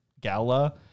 gala